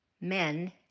men